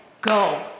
go